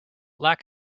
lack